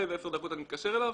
אחרי איזה עשר דקות אני מתקשר אליו,